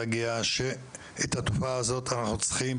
אנחנו צריכים להגיע לכך שאת התופעה הזאת אנחנו צריכים